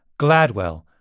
GLADWELL